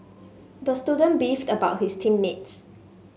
the student beefed about his team mates